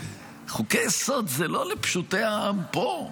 שחוקי-יסוד זה לא לפשוטי העם פה,